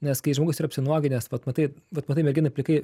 nes kai žmogus yra apsinuoginęs vat matai vat matai merginą plikai